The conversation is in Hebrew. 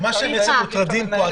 מה שצריכים להיות מוטרדים פה,